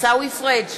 עיסאווי פריג'